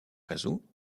jesus